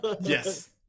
Yes